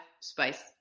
spice